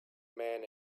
man